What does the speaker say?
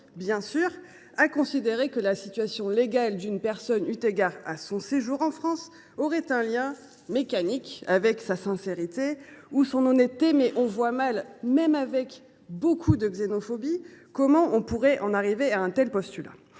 Sauf à considérer que la situation légale d’une personne au regard de son séjour en France aurait un lien mécanique avec sa sincérité ou son honnêteté, on voit mal, même y mettant beaucoup de xénophobie, comment arriver à un tel résultat.